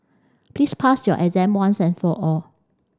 please pass your exam once and for all